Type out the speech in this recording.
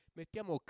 mettiamo